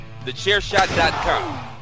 thechairshot.com